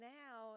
now